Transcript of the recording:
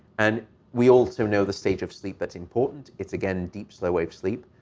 and we also know the stage of sleep that's important. it's, again, deep slow-wave sleep.